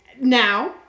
now